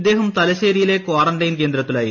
ഇദ്ദേഹം തലശ്ശേരിയിലെ ക്വാറന്റൈൻ കേന്ദ്രത്തിലായിരുന്നു